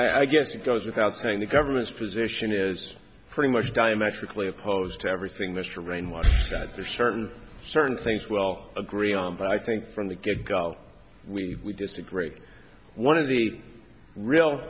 you i guess it goes without saying the government's position is pretty much diametrically opposed to everything mr brainwash that there are certain certain things well agree on but i think from the get go we disagree one of the real